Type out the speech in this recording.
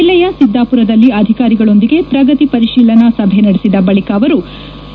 ಜೆಲ್ಲೆಯ ಸಿದ್ದಾಪುರದಲ್ಲಿ ಅಧಿಕಾರಿಗಳೊಂದಿಗೆ ಪ್ರಗತಿ ಪರಿಶೀಲನಾ ಸಭೆ ನಡೆಸಿದ ಬಳಿಕ ಅವರು ಮಾತನಾಡಿದರು